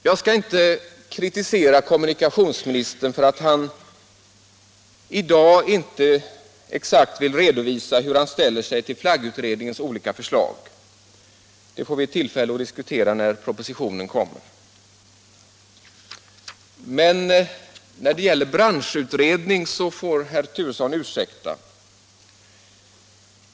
Jag skall inte kritisera kommunikatiohsministern för att han i dag inte exakt vill redovisa hur han ställer sig till flaggutredningens olika förslag. Det får vi tillfälle att diskutera när propositionen kommer. Men när det gäller branschutredning får herr Turesson ursäkta.